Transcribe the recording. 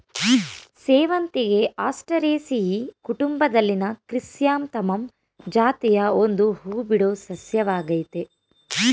ಸೇವಂತಿಗೆ ಆಸ್ಟರೇಸಿಯಿ ಕುಟುಂಬದಲ್ಲಿನ ಕ್ರಿಸ್ಯಾಂಥಮಮ್ ಜಾತಿಯ ಒಂದು ಹೂಬಿಡೋ ಸಸ್ಯವಾಗಯ್ತೆ